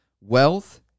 wealth